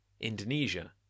Indonesia